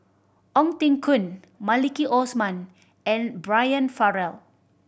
Ong Teng Koon Maliki Osman and Brian Farrell